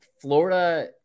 Florida